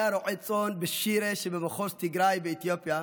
שהיה רועה צאן בשירֶה שבמחוז תיגראי באתיופיה,